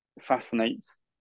fascinates